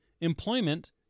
employment